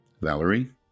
Valerie